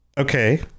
okay